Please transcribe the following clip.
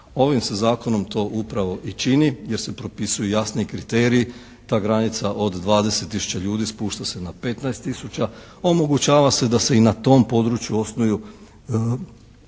Ovim se zakonom to upravo i čini jer se propisuju jasni kriteriji. Ta granica od 20 000 ljudi spušta se na 15000. Omogućava se da se i na tom području osnuju